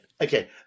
Okay